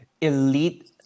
elite